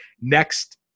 next